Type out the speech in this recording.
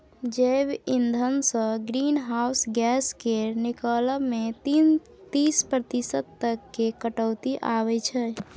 जैब इंधनसँ greenhouse gas केर निकलब मे तीस प्रतिशत तक केर कटौती आबय छै